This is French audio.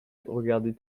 regardait